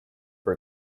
for